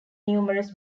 numerous